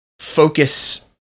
focus